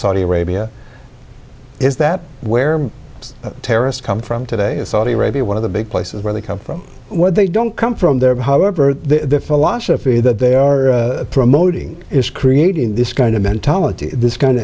saudi arabia is that where terrorists come from today saudi arabia one of the big places where they come from where they don't come from there however the philosophy that they are promoting is creating this kind of mentality this kind of